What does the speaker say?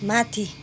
माथि